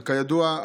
וכידוע,